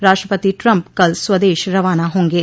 राष्ट्रपति ट्रंप कल स्वदेश रवाना होंगे